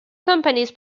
companies